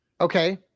Okay